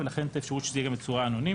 ולכן את האפשרות שזה יהיה גם בצורה אנונימית.